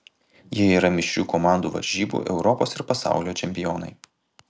jie yra mišrių komandų varžybų europos ir pasaulio čempionai